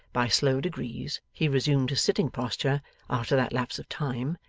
by slow degrees he resumed his sitting posture after that lapse of time,